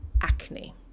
acne